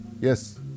Yes